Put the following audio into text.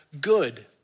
good